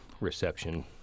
reception